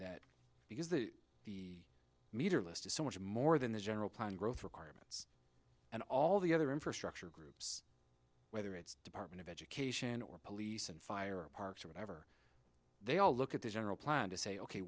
that because that the meter list is so much more than the general plan growth requirement and all the other infrastructure groups whether it's department of education or police and fire parks or whatever they all look at the general plan to say ok